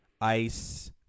ice